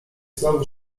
znowu